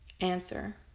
answer